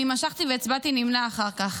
אני משכתי והצבעתי "נמנע" אחר כך,